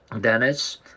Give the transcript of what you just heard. Dennis